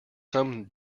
some